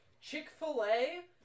Chick-fil-A